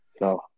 no